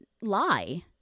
lie